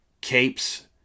Capes